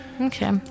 okay